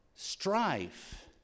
strife